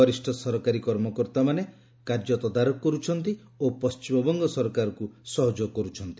ବରିଷ୍ଠ ସରକାରୀ କର୍ମକର୍ତ୍ତାମାନେ ତଦାରଖ କରୁଛନ୍ତି ଓ ପଶ୍ଚିମବଙ୍ଗ ସରକାରଙ୍କୁ ସହଯୋଗ କରୁଛନ୍ତି